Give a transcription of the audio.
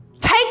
Take